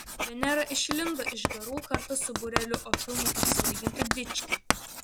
venera išlindo iš garų kartu su būreliu opiumu apsvaigintų dičkių